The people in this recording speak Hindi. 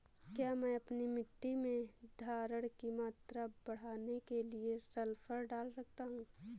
क्या मैं अपनी मिट्टी में धारण की मात्रा बढ़ाने के लिए सल्फर डाल सकता हूँ?